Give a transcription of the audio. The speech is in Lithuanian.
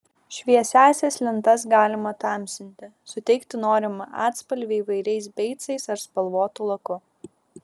šviesiąsias lentas galima tamsinti suteikti norimą atspalvį įvairiais beicais ar spalvotu laku